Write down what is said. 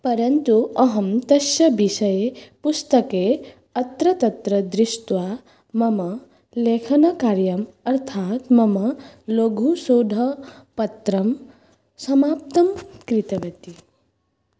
परन्तु अहं तस्य विषये पुस्तके अत्र तत्र दृष्ट्वा मम लेखनकार्यम् अर्थात् मम लघुशोधपत्रं समाप्तं कृतवती